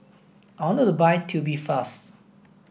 I want to buy Tubifast